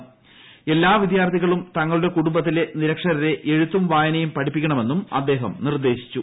ഏക്ലാർ വിദ്യാർത്ഥികളും തങ്ങളുടെ കുടുംബത്തിലെ നിരക്ഷരരെ ് എഴുത്തും വായനയും പഠിപ്പിക്കണ മെന്നും അദ്ദേഹം നിർദ്ദേശിച്ചു